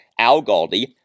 AlGaldi